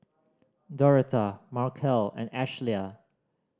Doretha Markel and Ashlea